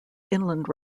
inland